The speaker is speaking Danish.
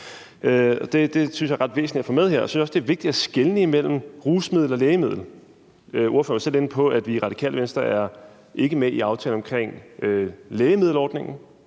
det synes jeg er ret væsentligt at få med her. Så synes jeg også, at det er vigtigt at skelne mellem rusmiddel og lægemiddel. Ordføreren er selv inde på, at vi i Radikale Venstre ikke er med i aftalen om lægemiddelordningen,